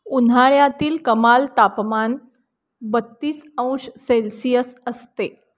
उन्हाळ्यातील कमाल तापमान बत्तीस अंश सेल्सिअस असते